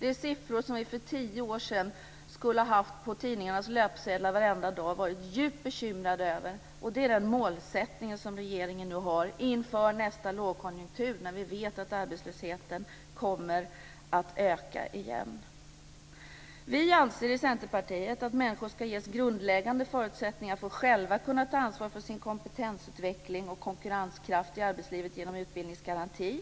är en siffra som vi för tio år sedan skulle ha haft på tidningarnas löpsedlar varenda dag och varit djupt bekymrade över. Detta är den målsättning som regeringen nu har inför nästa lågkonjunktur när vi vet att arbetslösheten kommer att öka igen. Vi i Centerpartiet anser att människor ska ges grundläggande förutsättningar för att själva kunna ta ansvar för sin kompetensutveckling och konkurrenskraft i arbetslivet genom en utbildningsgaranti.